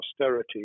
austerity